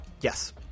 Yes